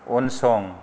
उनसं